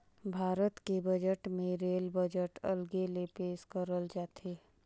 भारत के बजट मे rail budget अलगे ले पेस करल जाथे